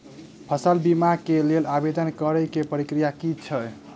फसल बीमा केँ लेल आवेदन करै केँ प्रक्रिया की छै?